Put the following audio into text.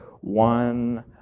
one